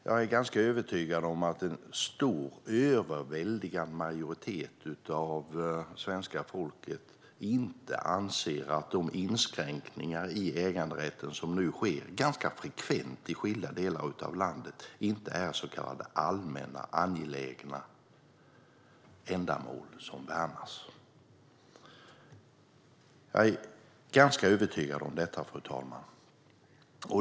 Jag är ganska övertygad om att en överväldigande majoritet av svenska folket inte anser att de inskränkningar i äganderätten som nu sker ganska frekvent i skilda delar av landet handlar om så kallade allmänna angelägna ändamål som värnas. Jag är ganska övertygad om detta, fru talman.